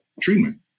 treatment